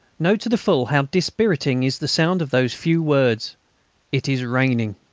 know to the full how dispiriting is the sound of those few words it is raining.